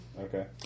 Okay